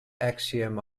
axiom